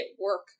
work